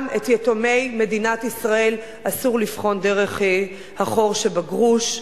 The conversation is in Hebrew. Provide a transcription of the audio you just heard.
גם את יתומי מדינת ישראל אסור לבחון דרך החור שבגרוש.